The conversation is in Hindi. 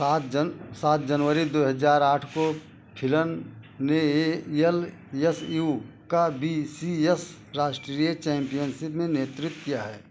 सात जन सात जनवरी दो हजार आठ को फिलन ने A L S E U का बी सी यस राष्ट्रीय चैम्पियनसिप में नेतृत्व किया